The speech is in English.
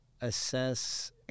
assess